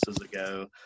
ago